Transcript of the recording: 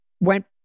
went